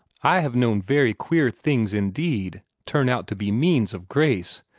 i have known very queer things indeed turn out to be means of grace.